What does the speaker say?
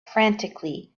frantically